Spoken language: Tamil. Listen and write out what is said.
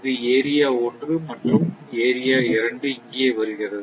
இது ஏரியா 1 மற்றும் ஏரியா 2 இங்கே வருகிறது